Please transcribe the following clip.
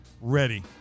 ready